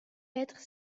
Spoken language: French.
être